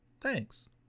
thanks